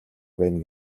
байна